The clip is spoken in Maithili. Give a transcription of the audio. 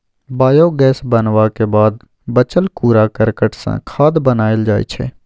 बायोगैस बनबाक बाद बचल कुरा करकट सँ खाद बनाएल जाइ छै